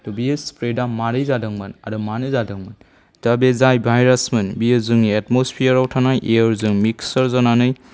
ट' बेयो स्प्रेडआ माबोरै जादोंमोन आरो मानो जादोंमोन दा बे जा भायरासमोन बेयो जोंनि एटम'स्फेयाराव थानाय एयारजों मिक्चार जानानै